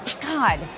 God